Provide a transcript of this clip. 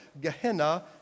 Gehenna